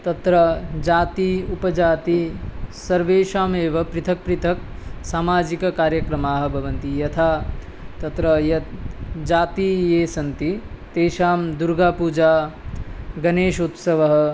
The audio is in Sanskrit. तत्र जातिः उपजातिः सर्वेषामेव पृथक् पृथक् सामाजिककार्यक्रमाः भवन्ति यथा तत्र यत् जातिः याः सन्ति तेषां दुर्गापूजा गणेश उत्सवः